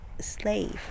slave